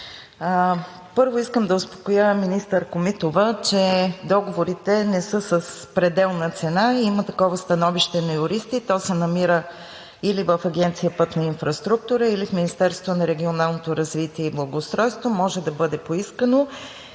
Първо, искам да успокоя министър Комитова, че договорите не са с пределна цена и има такова становище на юристи. То се намира или в Агенция „Пътна инфраструктура“, или в Министерството на регионалното развитие и благоустройство, може да бъде поискано